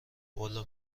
بالا